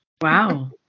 wow